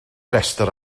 rhestr